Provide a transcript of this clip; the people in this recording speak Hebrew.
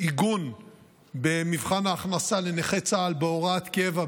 עיגון במבחן ההכנסה לנכי צה"ל בהוראת קבע,